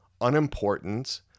unimportant